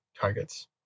targets